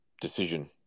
decision